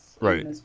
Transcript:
right